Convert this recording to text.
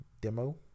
demo